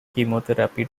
chemotherapy